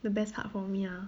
the best part for me ah